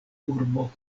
urbo